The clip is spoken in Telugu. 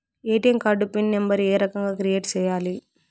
ఎ.టి.ఎం కార్డు పిన్ నెంబర్ ఏ రకంగా క్రియేట్ సేయాలి